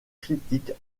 critiques